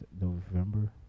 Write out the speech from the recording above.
November